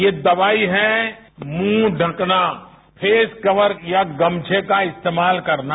ये दवाई है मुंह ढ़कना फेसकवर या गमछे का इस्तेमाल करना